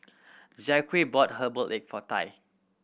Zackery bought herbal egg for Tai